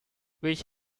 which